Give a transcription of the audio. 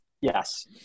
Yes